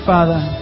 Father